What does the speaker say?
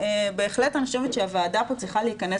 ובהחלט אני חושבת שהוועדה פה צריכה להכנס